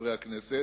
חברי הכנסת,